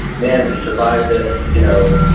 man, we survived this. you know,